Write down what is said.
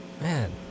Man